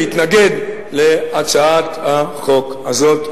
להתנגד להצעת החוק הזאת.